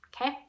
okay